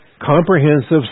comprehensive